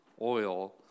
oil